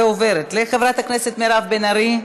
ועוברת לחברת הכנסת מירב בן ארי,